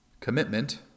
commitment